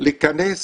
להיכנס